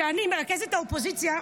כשאני מרכזת האופוזיציה,